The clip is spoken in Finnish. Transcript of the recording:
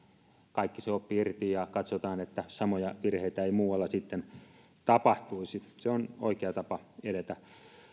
kaikki se oppi irti ja katsotaan että samoja virheitä ei muualla sitten tapahtuisi se on oikea tapa edetä